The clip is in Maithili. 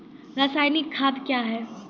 रसायनिक खाद कया हैं?